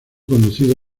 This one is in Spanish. conducido